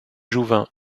jouvin